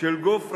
של גוף רלוונטי,